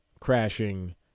Crashing